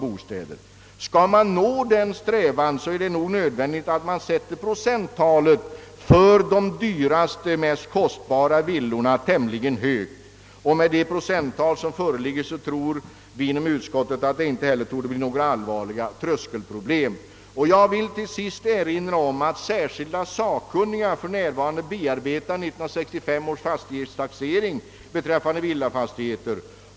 Skall man nå målet för denna strävan, är det nog nödvändigt att sätta procenttalet för de mest kostbara villorna tämligen . högt. Med det procenttal som föreligger tror vi inom utskottsmajoriteten att det inte heller blir några allvarliga tröskelproblem. Jag vill till sist erinra om att särskilda sakkunniga för närvarande bearbetar 1965 års fastighetstaxering beträffande villafastigheter.